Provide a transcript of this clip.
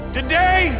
Today